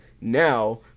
now